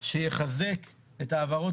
שיחזק את העברות